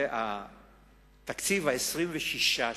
זה התקציב ה-26 שלי,